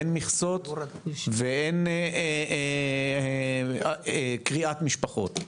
אין מכסות ואין קריעת משפחות.